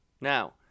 Now